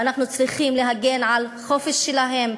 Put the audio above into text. ואנחנו צריכים להגן על החופש שלהם,